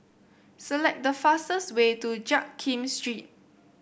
select the fastest way to Jiak Kim Street